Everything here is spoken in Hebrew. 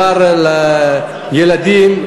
בעיקר לילדים,